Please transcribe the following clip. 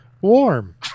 warm